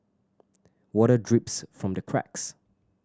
water drips from the cracks